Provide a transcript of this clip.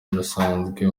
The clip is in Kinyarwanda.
birasanzwe